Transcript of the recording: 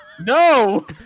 No